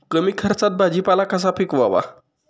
कमी खर्चात भाजीपाला कसा पिकवावा?